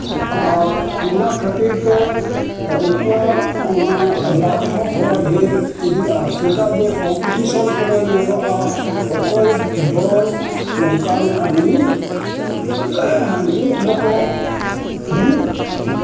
ᱟᱨ ᱚᱱᱟ ᱠᱷᱟᱹᱛᱤᱨ ᱛᱮ ᱩᱱᱠᱩᱣᱟᱜ ᱚᱱᱟᱟ ᱫᱟᱢ ᱦᱚᱸ ᱰᱷᱮᱨ ᱤᱫᱤᱜᱼᱟ ᱪᱮᱫᱟᱜ ᱡᱮ ᱠᱚᱢᱯᱤᱴᱤᱥᱮᱱ ᱠᱚᱨᱮ ᱧᱮᱞᱚᱜᱼᱟ ᱚᱠᱚᱭ ᱫᱚᱞ ᱚᱱᱠᱟᱱ ᱢᱤᱫ ᱢᱤᱫ